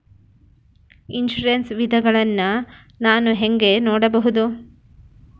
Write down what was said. Insurance ವಿಧಗಳನ್ನ ನಾನು ಹೆಂಗ ನೋಡಬಹುದು?